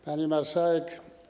Pani Marszałek!